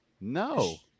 No